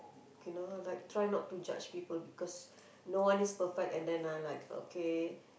okay no like try not to judge people because no one is perfect and then I like okay